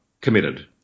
committed